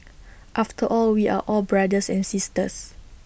after all we are all brothers and sisters